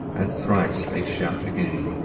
and thrice they shout again.